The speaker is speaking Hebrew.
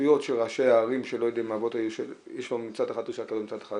התחבטויות של ראשי הערים שלא יודעים --- יש מצד אחת